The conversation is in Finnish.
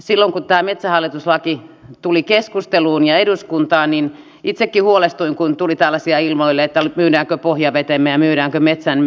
silloin kun tämä metsähallitus laki tuli keskusteluun ja eduskuntaan niin itsekin huolestuin kun tuli ilmoille tällaisia että myydäänkö pohjavetemme ja myydäänkö metsämme